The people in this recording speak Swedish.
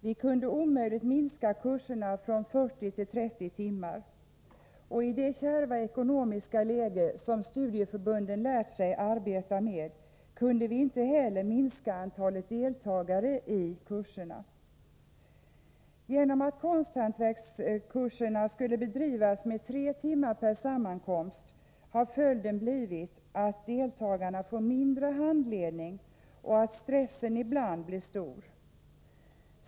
Vi kunde omöjligt minska kurserna från 40 till 30 timmar; i det kärva ekonomiska läge studieförbunden lärt sig arbeta med kunde vi inte heller minska antalet deltagare i kurserna. Följden har blivit att deltagarna får mindre handledning och att stressen ibland blir stor.